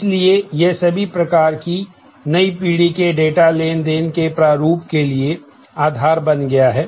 इसलिए यह सभी प्रकार की नई पीढ़ी के डेटा लेन देन के प्रारूप के लिए आधार बन गया है